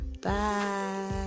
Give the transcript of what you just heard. Bye